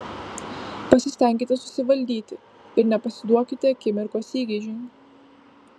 pasistenkite susivaldyti ir nepasiduokite akimirkos įgeidžiui